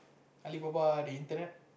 Alibaba the internet